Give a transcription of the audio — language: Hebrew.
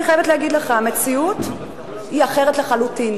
אני חייבת להגיד לך: המציאות היא אחרת לחלוטין.